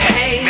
Hey